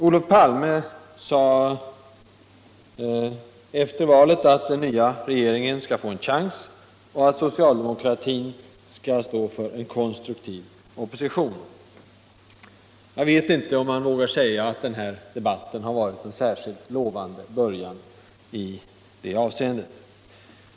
Olof Palme sade efter valet att den nya regeringen skall få en chans och att socialdemokratin skall stå för en konstruktiv opposition. Jag vet inte om man vågar säga att denna debatt varit någon särskilt lovande början.